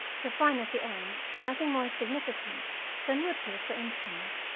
to find at the end nothing more significant than root-beer, for instance,